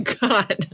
God